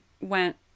went